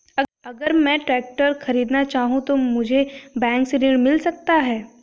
अगर मैं ट्रैक्टर खरीदना चाहूं तो मुझे बैंक से ऋण मिल सकता है?